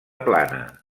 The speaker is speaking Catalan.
plana